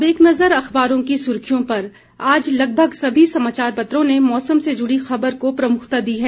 अब एक नजर अखबारों की सुर्खियों पर आज लगभग सभी समाचारपत्रों ने मौसम से जुड़ी खबर को प्रमुखता दी है